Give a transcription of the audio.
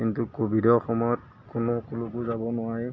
কিন্তু ক'ভিডৰ সময়ত কোনো ক'লৈকো যাব নোৱাৰে